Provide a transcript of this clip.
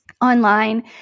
online